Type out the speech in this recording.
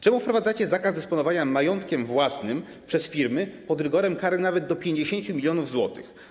Czemu wprowadzacie zakaz dysponowania majątkiem własnym przez firmy pod rygorem kary nawet do 50 mln zł?